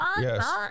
Yes